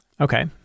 Okay